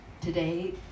Today